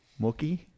Mookie